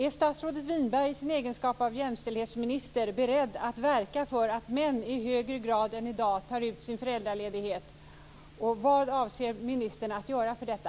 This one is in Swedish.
Är statsrådet Winberg i sin egenskap av jämställdhetsminister beredd att verka för att män i högre grad än i dag tar ut sin föräldraledighet, och vad avser ministern att göra för detta?